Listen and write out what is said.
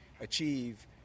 achieve